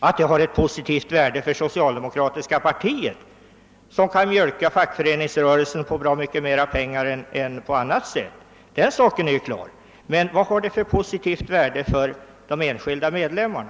Att den har ett positivt värde för det socialdemokratiska pariet, som då kan mjölka fackföreningsrörelsen på bra mycket mer pengar än annars är klart, men vilket positivt värde har den för de enskilda medlemmarna?